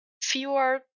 fewer